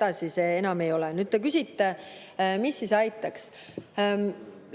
edasi enam ei ole. Nüüd, te küsite, mis siis aitaks.